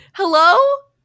Hello